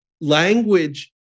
language